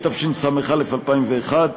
התשס"א 2001,